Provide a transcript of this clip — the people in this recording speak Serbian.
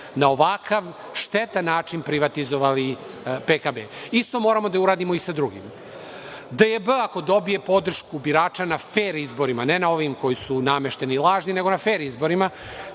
na ovakav štetan način privatizovali PKB? Isto moramo da uradimo i sa drugim. Dosta je bilo, ako dobije podršku birača na fer izborima, ne na ovim koji su namešteni lažni, nego na fer izborima,